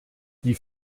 die